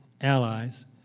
allies